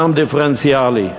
מע"מ דיפרנציאלי,